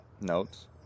notes